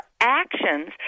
actions